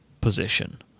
position